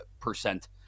percent